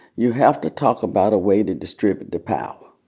you have to talk about a way to distribute the power.